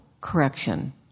correction